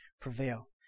prevail